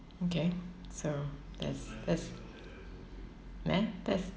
okay so that's that's neh that's